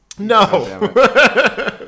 No